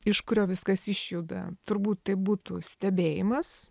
iš kurio viskas išjuda turbūt tai būtų stebėjimas